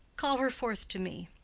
call her forth to me.